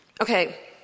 okay